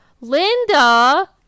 Linda